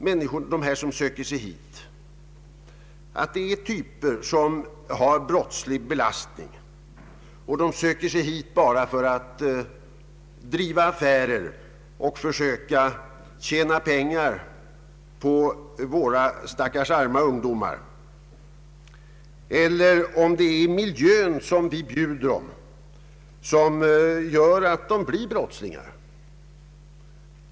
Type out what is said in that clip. är de som söker sig hit typer med brottslig belastning som vill komma hit bara för att driva affärer och försöka tjäna pengar på våra stackars ungdomar, eller är det den miljö vi bjuder dem som gör att de blir brottslingar?